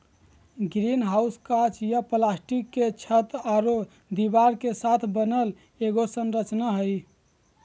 greenhouse काँच या plastic के छत आरो दीवार के साथ बनल एगो संरचना हइ